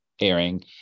airing